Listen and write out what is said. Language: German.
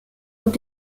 und